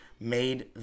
made